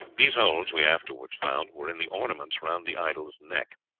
these holes, we afterwards found, were in the ornaments round the idol's neck.